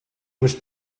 was